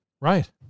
Right